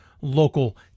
local